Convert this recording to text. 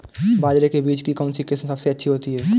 बाजरे के बीज की कौनसी किस्म सबसे अच्छी होती है?